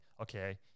okay